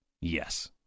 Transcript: Yes